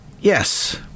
yes